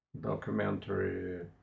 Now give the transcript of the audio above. documentary